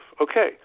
Okay